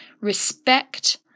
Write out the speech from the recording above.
Respect